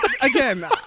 again